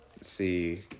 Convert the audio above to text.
see